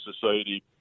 society